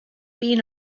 been